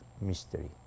mystery